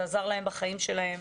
זה עזר להם בחיים שלהם,